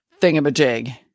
thingamajig